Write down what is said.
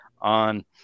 on